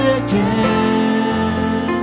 again